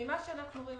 ממה שאנחנו רואים,